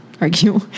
argue